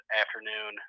afternoon